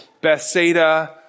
Bethsaida